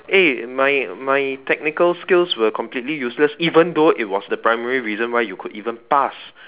eh my my technical skills were completely useless even though it was the primary reason why you could even pass